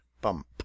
bump